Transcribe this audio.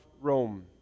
rome